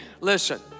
Listen